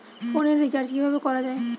ফোনের রিচার্জ কিভাবে করা যায়?